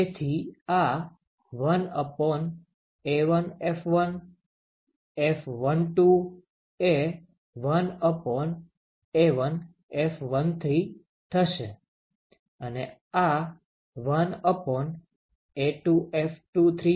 તેથી આ 1 A1F1 F12 એ 1A1F13 થશે અને આ 1 A2F23 થશે